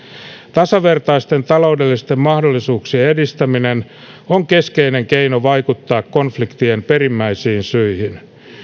tasavertaisten taloudellisten mahdollisuuksien edistäminen on keskeinen keino vaikuttaa konfliktien perimmäisiin syihin